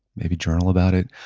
maybe journal about it.